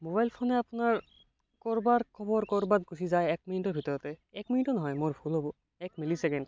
mobile ফোনে আপোনাৰ কৰবাৰ খবৰ কৰবাত গুচি যায় এক মিনিটৰ ভিতৰতে এক মিনিটো নহয় মোৰ ভুল হ'ব এক মিলি ছেকেণ্ড